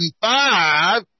five